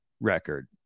record